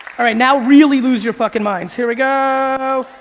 alright now really lose your fucking minds. here we go,